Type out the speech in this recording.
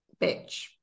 bitch